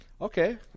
Okay